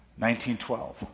1912